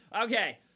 Okay